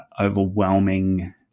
overwhelming